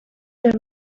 there